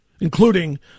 including